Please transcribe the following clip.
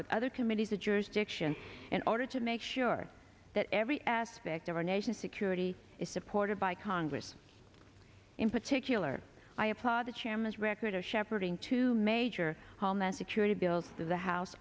with other committees of jurisdiction in order to make sure that every aspect of our nation's security is supported by congress in particular i applaud the chairman's record of shepherding two major homeland security bills to the house